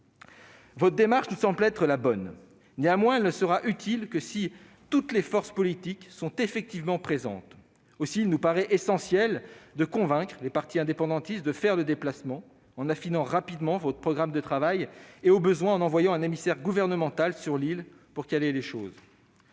Votre démarche nous semble la bonne. Néanmoins, elle ne sera utile que si toutes les forces politiques sont effectivement présentes. Aussi, il nous paraît essentiel de convaincre les partis indépendantistes de faire le déplacement, en affinant rapidement votre programme de travail et, au besoin, en envoyant un émissaire gouvernemental sur l'île pour caler les choses.